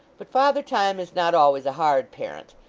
but father time is not always a hard parent,